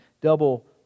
double